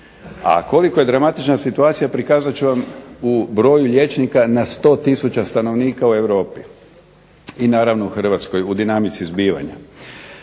A koliko je dramatična situacija prikazat ću vam u broju liječnika na 100 tisuća stanovnika u Europi, i naravno u Hrvatskoj u dinamici zbivanja.